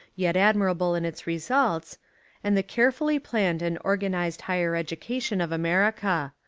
yet admirable in its results and the care fully planned and organised higher education of america.